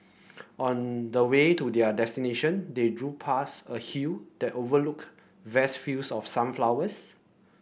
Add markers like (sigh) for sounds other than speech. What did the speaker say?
on the way to their destination they (unintelligible) past a hill that overlooked vast fields of sunflowers